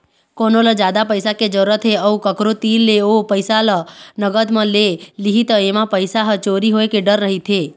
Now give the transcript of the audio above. कोनो ल जादा पइसा के जरूरत हे अउ कखरो तीर ले ओ पइसा ल नगद म ले लिही त एमा पइसा ह चोरी होए के डर रहिथे